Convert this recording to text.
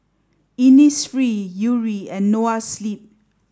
Innisfree Yuri and Noa Sleep